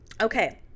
Okay